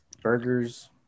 burgers